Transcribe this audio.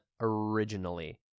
originally